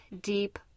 deep